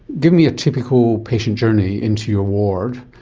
give me a typical patient journey into your ward,